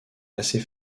assez